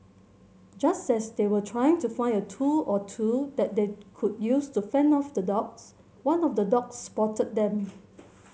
just as they were trying to find a tool or two that they could use to fend off the dogs one of the dogs spotted them